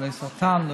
לחולי סרטן,